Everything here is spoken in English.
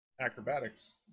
acrobatics